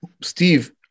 Steve